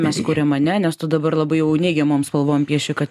mes kuriam ane nes tu dabar labai jau neigiamom spalvom pieši kad